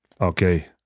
Okay